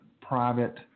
private